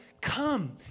Come